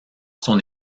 son